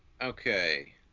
Okay